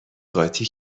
قاطی